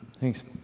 Thanks